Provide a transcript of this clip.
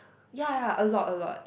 ya ya a lot a lot